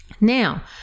now